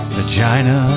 vagina